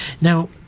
Now